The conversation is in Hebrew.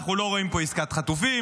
אנחנו לא רואים פה עסקת חטופים,